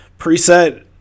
preset